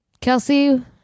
Kelsey